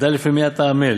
ודע לפי מי אתה עמל,